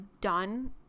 done